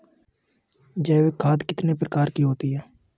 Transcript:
जैविक खाद कितने प्रकार की होती हैं?